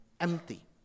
empty